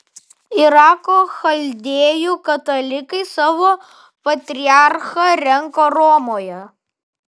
irako chaldėjų katalikai savo patriarchą renka romoje